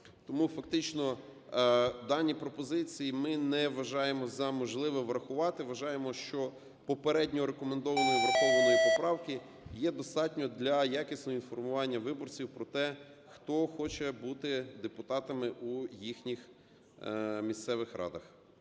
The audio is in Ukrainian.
Тому фактично дані пропозиції ми не вважаємо за можливе врахувати, вважаємо, що попередньо рекомендованої і врахованої поправки є достатньо для якісного інформування виборців про те, хто хоче бути депутатами у їхніх місцевих радах.